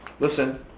listen